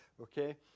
okay